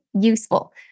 useful